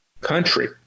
country